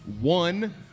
one